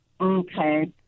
Okay